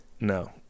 No